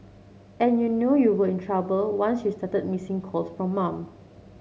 and you know you were in trouble once you started missing calls from mum